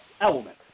element